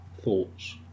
thoughts